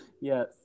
Yes